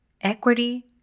equity